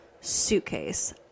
suitcase